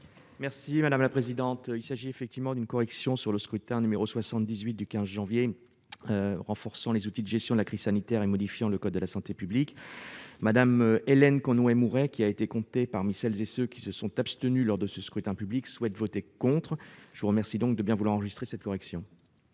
Merci madame la présidente, il s'agit effectivement d'une correction sur le scrutin numéro 78 du 15 janvier renforçant les outils de gestion de la crise sanitaire et modifiant le code de la santé publique, madame Ellen qu'on nous et Mourey, qui a été compté parmi celles et ceux qui se sont abstenus lors de ce scrutin public souhaite voter contre, je vous remercie donc de bien vouloir enregistrer cette correction.